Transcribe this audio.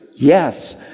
Yes